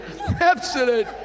absolute